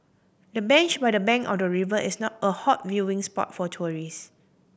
the bench by the bank of the river is not a hot viewing spot for tourist